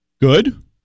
Good